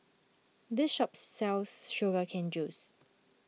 this shop sells Sugar Cane Juice